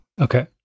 Okay